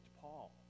Paul